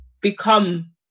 become